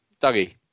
Dougie